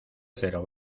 cero